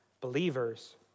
believers